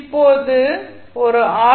இப்போது ஒரு ஆர்